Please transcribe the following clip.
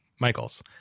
Michael's